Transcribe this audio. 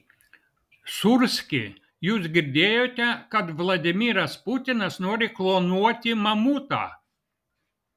sūrski jūs girdėjote kad vladimiras putinas nori klonuoti mamutą